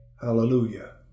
Hallelujah